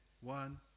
one